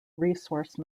resource